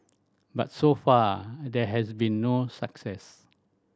but so far there has been no success